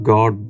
God